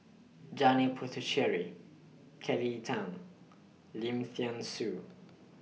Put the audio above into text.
Janil Puthucheary Kelly Tang Lim Thean Soo